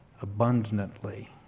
abundantly